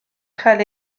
cael